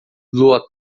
lua